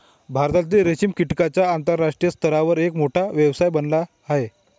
भारतातील रेशीम कीटकांचा आंतरराष्ट्रीय स्तरावर एक मोठा व्यवसाय बनला आहे